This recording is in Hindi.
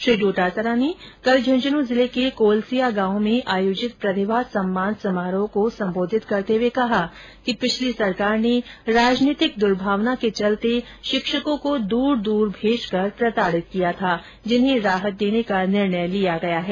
श्री डोटासरा ने कल झंझनू जिले के कोलसिया गांव में आयोजित प्रतिभा सम्मान समारोह को सम्बोधित करते हुए कहा कि पिछली सरकार ने राजनीतिक दुर्भावना के चलते शिक्षकों को दूर दूर भेजकर प्रताड़ित किया था जिन्हें राहत देने का निर्णय किया गया है